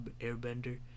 Airbender